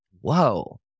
whoa